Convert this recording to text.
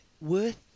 worth